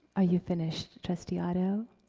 are you finished, trustee otto?